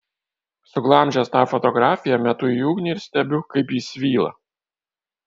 suglamžęs tą fotografiją metu į ugnį ir stebiu kaip ji svyla